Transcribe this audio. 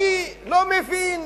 אני לא מבין,